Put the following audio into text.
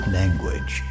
language